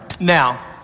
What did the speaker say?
Now